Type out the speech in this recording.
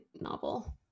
novel